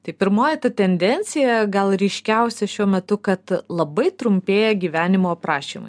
tai pirmoji ta tendencija gal ryškiausia šiuo metu kad labai trumpėja gyvenimo aprašymai